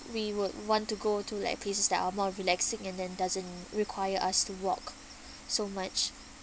we would want to go to like places that are more relaxing and then doesn't require us to walk so much